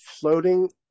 floating